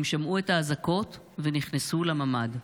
הם שמעו את האזעקות ונכנסו לממ"ד.